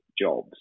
jobs